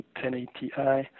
1080i